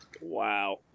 Wow